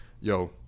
Yo